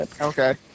Okay